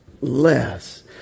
less